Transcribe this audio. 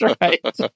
right